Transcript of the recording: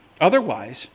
Otherwise